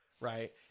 right